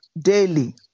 daily